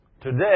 Today